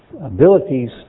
abilities